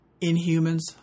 Inhumans